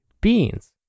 beans